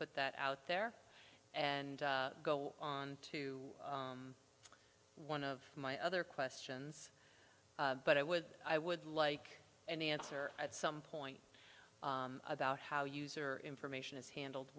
put that out there and go on to one of my other questions but i would i would like an answer at some point about how user information is handled